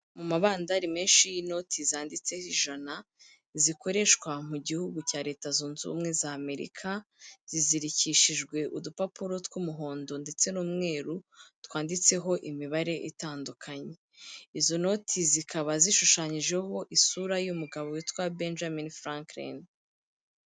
Mu mabandari menshi y'inoti zanditse ijana, zikoreshwa mu gihugu cya Leta Zunze Ubumwe z'Amerika, zizirikishijwe udupapuro tw'umuhondo ndetse n'umweru, twanditseho imibare itandukanye, izo noti zikaba zishushanyijeho isura y'umugabo witwa Benjamin Franklin.